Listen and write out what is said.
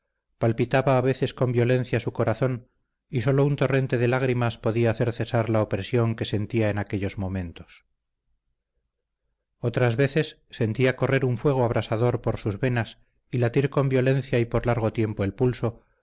palpitaba a veces con violencia su corazón y sólo un torrente de lágrimas podía hacer cesar la opresión que sentía en aquellos momentos otras veces sentía correr un fuego abrasador por sus venas y latir con violencia y por largo tiempo el pulso